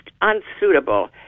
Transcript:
unsuitable